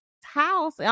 house